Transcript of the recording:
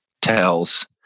tells